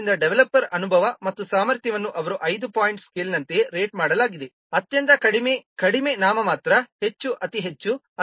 ಆದ್ದರಿಂದ ಡೆವಲಪರ್ನ ಅನುಭವ ಮತ್ತು ಸಾಮರ್ಥ್ಯವನ್ನು ಅವರು 5 ಪಾಯಿಂಟ್ ಸ್ಕೇಲ್ನಂತೆ ರೇಟ್ ಮಾಡಲಾಗಿದೆ ಅತ್ಯಂತ ಕಡಿಮೆ ಕಡಿಮೆ ನಾಮಮಾತ್ರ ಹೆಚ್ಚು ಅತಿ ಹೆಚ್ಚು